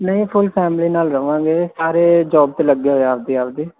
ਨਹੀਂ full family ਨਾਲ ਰਵਾਂਗੇ ਸਾਰੇ ਜੋਬ ਤੇ ਲੱਗੇ ਹੋਏ ਆਪਦੀ ਆਪਦੀ